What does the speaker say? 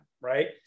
right